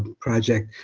project,